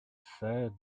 said